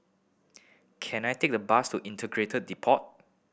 can I take the bus to Integrated Depot